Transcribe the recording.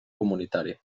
comunitari